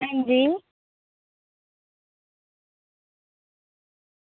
हां जी